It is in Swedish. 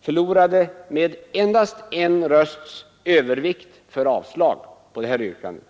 förlorade med endast en rösts övervikt för avslag på yrkandet.